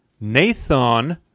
Nathan